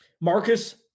Marcus